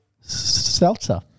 seltzer